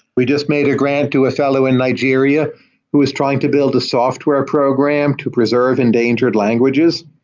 we just made a grant to a fellow in nigeria who is trying to build a software program to preserve endangered languages.